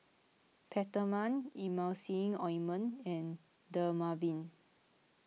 Peptamen Emulsying Ointment and Dermaveen